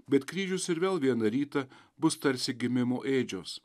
bet kryžius ir vėl vieną rytą bus tarsi gimimo ėdžios